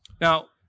Now